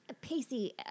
Pacey